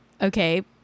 okay